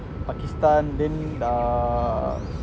pakistan then uh